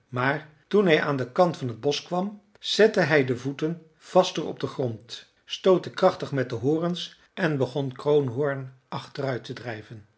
maar toen hij aan den kant van het bosch kwam zette hij de voeten vaster op den grond stootte krachtig met de horens en begon kroonhoorn achteruit te drijven